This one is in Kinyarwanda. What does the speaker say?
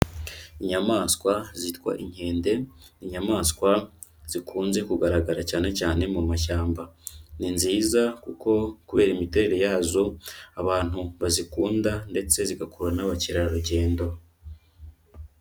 Inyamaswa zitwa inkende, ni inyamaswa zikunze kugaragara cyane cyane mu mashyamba, ni nziza kuko kubera imiterere yazo abantu bazikunda ndetse zigakuru n'abakerarugendo.